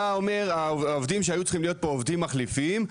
אומר שהיו צריכים להיות פה עובדים מחליפים,